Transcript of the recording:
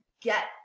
get